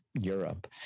Europe